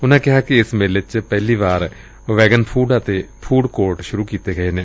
ਉਨੂਾ ਕਿਹਾ ਕਿ ਏਸ ਮੇਲੇ ਚ ਪਹਿਲੀ ਵਾਰ ਵੈਗਨ ਫੂਡ ਅਤੇ ਫੂਡ ਕੋਰਟ ਸੂਰੂ ਕੀਤੇ ਗਏ ਨੇ